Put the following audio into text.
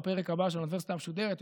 בפרק הבא של האוניברסיטה המשודרת,